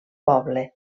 poble